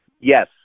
yes